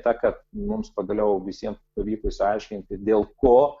ta kad mums pagaliau visiem pavyko išsiaiškinti dėl ko